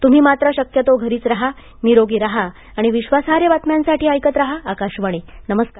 तुम्ही मात्र शक्यतो घरीच राहा निरोगी राहा आणि विश्वासार्ह बातम्यांसाठी ऐकत राहा आकाशवाणी नमस्कार